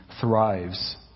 thrives